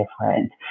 different